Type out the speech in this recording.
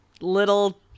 little